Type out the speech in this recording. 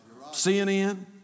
CNN